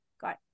got